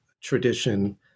tradition